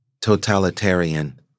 Totalitarian